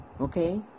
Okay